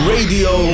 Radio